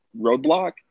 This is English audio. roadblock